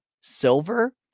silver